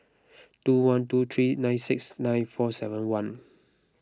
two one two three nine six nine four seven one